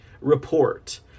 report